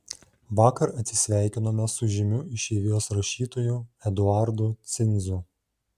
vakar atsisveikinome su žymiu išeivijos rašytoju eduardu cinzu